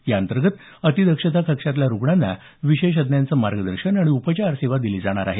याअंतर्गत अतिदक्षता कक्षातल्या रुग्णांना विशेषज्ञाचं मार्गदर्शन आणि उपचार सेवा दिली जाणार आहे